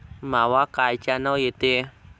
मावा कायच्यानं येते?